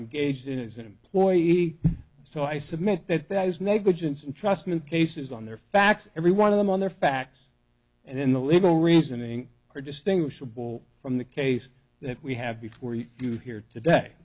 engaged in as an employee so i submit that that is negligence and trust me cases on their facts every one of them on their facts and in the legal reasoning are distinguishable from the case that we have before you here today